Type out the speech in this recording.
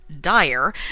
dire